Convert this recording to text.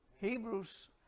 Hebrews